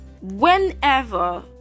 whenever